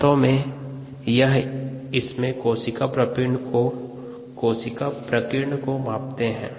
वास्तव में यह इसमें कोशिका प्रकीर्ण को मापते है